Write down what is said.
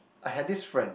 I had this friend